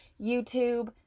YouTube